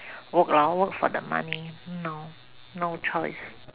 work lor work for the money !hannor! no choice